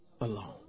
alone